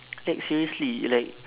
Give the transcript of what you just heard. like seriously like